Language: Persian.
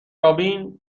رابین